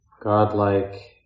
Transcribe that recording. godlike